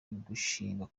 gushinga